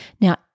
Now